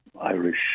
Irish